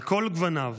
על כל גווניו,